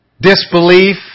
disbelief